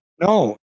No